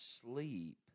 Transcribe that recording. sleep